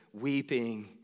weeping